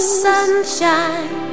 sunshine